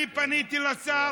אני פניתי לשר,